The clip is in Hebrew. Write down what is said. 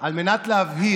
על מנת להבהיר